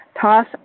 Toss